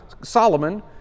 Solomon